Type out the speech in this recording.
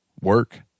work